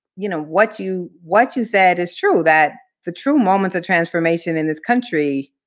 you know, what you what you said is true, that the true moments of transformation in this country,